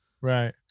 Right